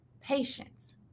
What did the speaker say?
patience